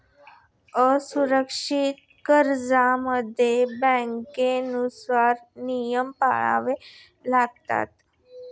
असुरक्षित कर्जांमध्ये बँकांनुसार नियम पाळावे लागतात